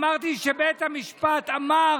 אמרתי שבית המשפט אמר